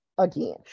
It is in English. again